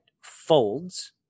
folds